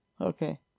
Okay